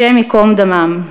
השם ייקום דמם.